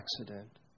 accident